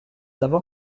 avant